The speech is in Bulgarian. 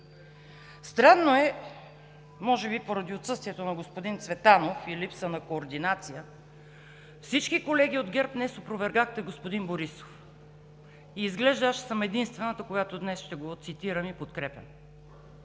Странно е, може би поради отсъствието на господин Цветанов и липса на координация, всички колеги от ГЕРБ днес опровергахте господин Борисов. Изглежда аз ще съм единствената, която днес ще го цитирам и подкрепям.